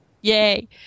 Yay